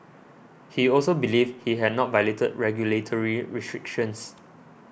he also believed he had not violated regulatory restrictions